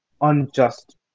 unjust